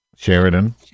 Sheridan